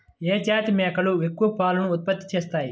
ఏ జాతి మేకలు ఎక్కువ పాలను ఉత్పత్తి చేస్తాయి?